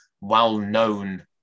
well-known